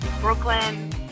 Brooklyn